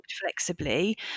flexibly